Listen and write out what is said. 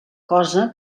cosa